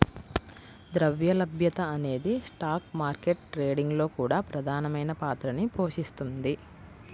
ద్రవ్య లభ్యత అనేది స్టాక్ మార్కెట్ ట్రేడింగ్ లో కూడా ప్రధానమైన పాత్రని పోషిస్తుంది